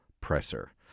presser